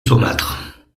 saumâtre